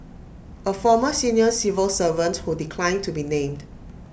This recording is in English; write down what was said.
A former senior civil servant who declined to be named